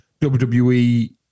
WWE